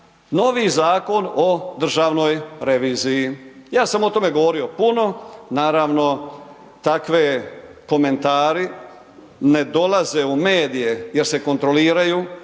novi Zakon o državnoj reviziji. Ja sam o tome govorio puno, naravno takvi komentari ne dolaze u medije jer se kontroliraju,